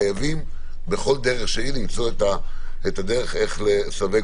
חייבים בכל דרך שהיא למצוא איך לסווג